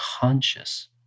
conscious